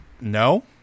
no